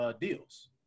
deals